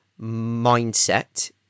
mindset